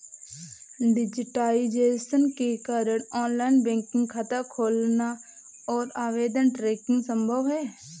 digitisation के कारण online bank खाता खोलना और आवेदन ट्रैकिंग संभव हैं